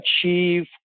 achieve